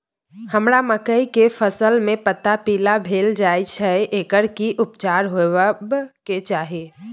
हमरा मकई के फसल में पता पीला भेल जाय छै एकर की उपचार होबय के चाही?